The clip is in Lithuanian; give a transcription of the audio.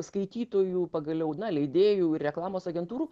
skaitytojų pagaliau leidėjų ir reklamos agentūrų